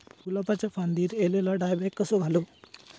गुलाबाच्या फांदिर एलेलो डायबॅक कसो घालवं?